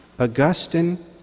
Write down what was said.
Augustine